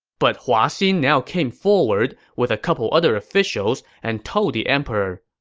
but hua xin now came forward with a couple other officials and told the emperor,